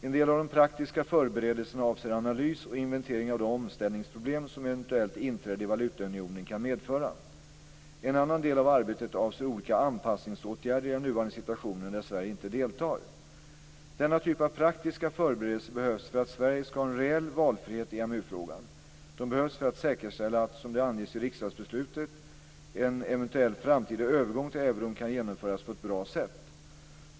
En del av de praktiska förberedelserna avser analys och inventering av de omställningsproblem som ett eventuellt inträde i valutaunionen kan medföra. En annan del av arbetet avser olika anpassningsåtgärder i den nuvarande situationen där Sverige inte deltar. Denna typ av praktiska förberedelser behövs för att Sverige skall ha en reell valfrihet i EMU-frågan. De behövs för att säkerställa att, som det anges i riksdagsbeslutet, "en eventuell framtida övergång till euron kan genomföras på ett bra sätt".